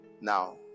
Now